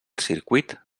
circuit